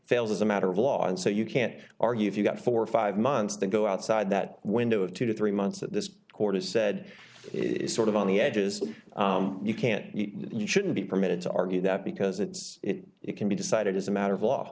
fails as a matter of law and so you can't argue if you've got four or five months to go outside that window of two to three months that this court has said is sort of on the edges you can't you shouldn't be permitted to argue that because it's it can be decided as a matter of law